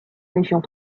régions